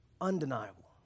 undeniable